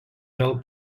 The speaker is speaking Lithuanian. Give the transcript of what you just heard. vėl